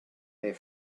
their